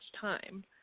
time